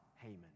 Haman